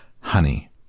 honey